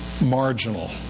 marginal